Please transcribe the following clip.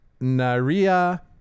Naria